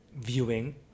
viewing